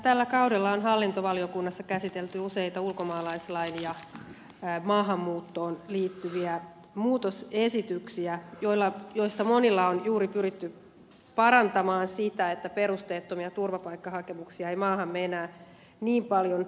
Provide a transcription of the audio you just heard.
tällä kaudella on hallintovaliokunnassa käsitelty useita ulkomaalaislain ja maahanmuuttoon liittyviä muutosesityksiä joista monilla on juuri pyritty parantamaan sitä että perusteettomia turvapaikkahakemuksia ei maahamme enää niin paljon tulisi